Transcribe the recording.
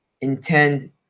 intend